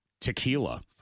tequila